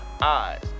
eyes